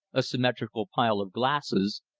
a symmetrical pile of glasses,